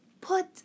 put